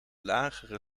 lagere